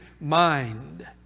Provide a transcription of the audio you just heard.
mind